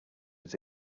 was